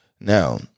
Now